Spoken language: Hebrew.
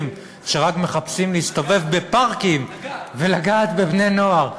שרק מחפשים להסתובב בפארקים ולגעת בבני-נוער.